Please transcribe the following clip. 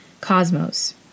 Cosmos